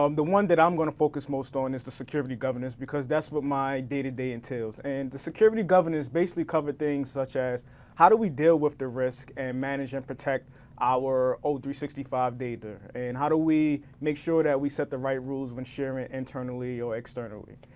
um the one that i'm gonna focus most on is the security governance because that's what my day-to-day entails. and the security governance basically covers things such as how do we deal with the risk, and manage and protect our o three six five data, and how do we make sure that we set the right rules when sharing internally or externally.